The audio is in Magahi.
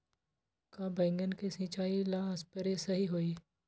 का बैगन के सिचाई ला सप्रे सही होई?